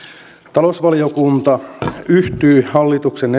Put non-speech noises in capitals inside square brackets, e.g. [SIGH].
talousvaliokunta yhtyy hallituksen [UNINTELLIGIBLE]